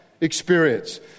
experience